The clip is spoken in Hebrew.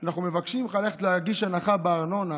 אנחנו מבקשים ממך ללכת להגיש בקשה להנחה בארנונה,